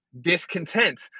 discontent